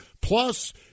Plus